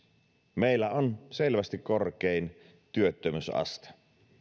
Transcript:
meillä on selvästi korkein työttömyysaste